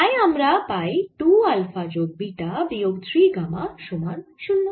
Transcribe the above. তাই আমরা পাই 2 আলফা যোগ বিটা বিয়োগ 3 গামা সমান 0